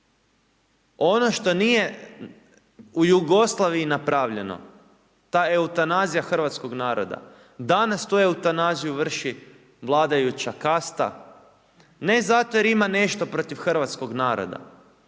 Ono što nije u Jugoslaviji napravljeno ta eutanazija hrvatskog naroda danas tu eutanaziju vrši vladajuća kasta, ne zato jer ima nešto protiv hrvatskog naroda,